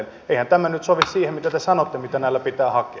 eihän tämä nyt sovi siihen mitä te sanotte mitä näillä pitää hakea